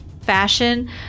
fashion